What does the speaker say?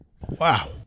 Wow